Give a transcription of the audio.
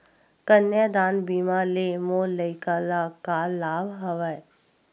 कन्यादान बीमा ले मोर लइका ल का लाभ हवय?